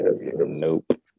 Nope